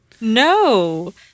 No